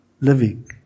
living